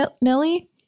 Millie